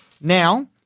Now